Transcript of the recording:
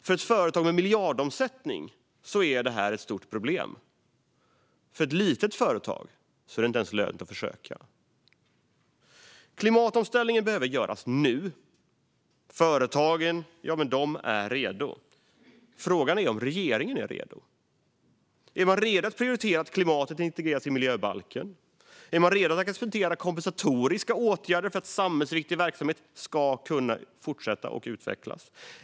För ett företag med miljardomsättning är det här ett stort problem. För ett litet företag är det inte ens lönt att försöka. Klimatomställningen behöver göras nu. Företagen är redo. Frågan är om regeringen är redo. Är man redo att prioritera att klimatet integreras i miljöbalken? Är man redo att acceptera kompensatoriska åtgärder för att samhällsviktig verksamhet ska kunna fortsätta och utvecklas?